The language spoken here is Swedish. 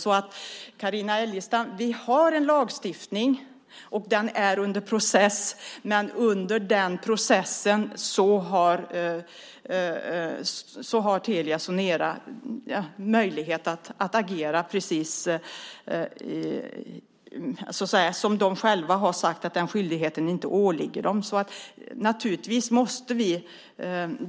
Carina Adolfsson Elgestam! Vi har en lagstiftning, och den är under process. I den processen har Telia Sonera möjlighet att agera, eftersom de själva har sagt att den skyldigheten inte åligger dem.